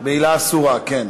בעילה אסורה, כן.